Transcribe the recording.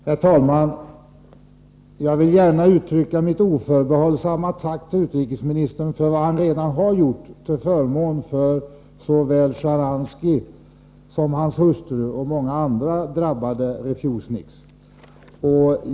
Herr talman! Jag vill gärna uttala mitt oförbehållsamma tack till utrikesministern för vad han redan har gjort till förmån för såväl Sjtjaranskij och hans hustru som många andra drabbade refuseniks.